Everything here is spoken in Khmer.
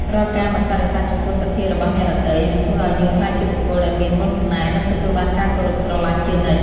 រាល់ការមិនបដិសេធចំពោះសទ្ធារបស់អ្នកដទៃ នឹងធ្វើឱ្យយើងក្លាយជាបុគ្គលដែលមានមន្តស្នេហ៍ និងទទួលបានការគោរពស្រឡាញ់ជានិច្ច។